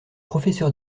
professeur